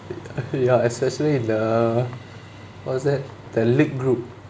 ya especially in the what's that the league group